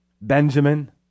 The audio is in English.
Benjamin